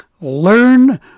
Learn